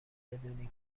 بدونید